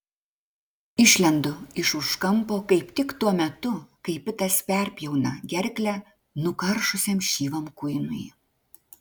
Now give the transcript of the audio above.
išlendu iš už kampo kaip tik tuo metu kai pitas perpjauna gerklę nukaršusiam šyvam kuinui